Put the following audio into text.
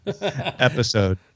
Episode